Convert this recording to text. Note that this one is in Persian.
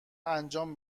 انجام